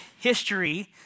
history